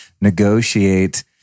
negotiate